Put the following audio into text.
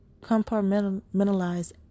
compartmentalize